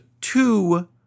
two